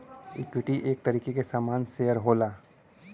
equity एक तरीके के सामान शेअर होला